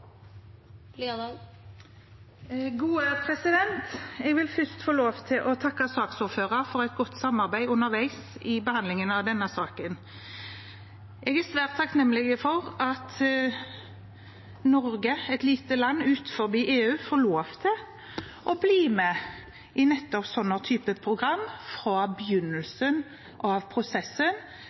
Jeg vil først få lov til å takke saksordføreren for et godt samarbeid underveis i behandlingen av denne saken. Jeg er svært takknemlig for at Norge, et lite land utenfor EU, får lov til å bli med i nettopp sånne typer programmer fra begynnelsen av prosessen